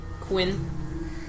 Quinn